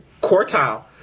quartile